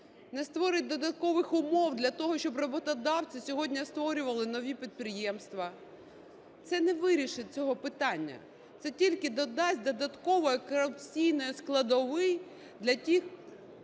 не створить додаткових умов для того, щоб роботодавці сьогодні створювали нові підприємства. Це не вирішить цього питання, це тільки додасть додаткової корупційної складової для тих